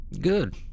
Good